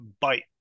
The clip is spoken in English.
Bite